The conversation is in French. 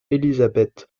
elisabeth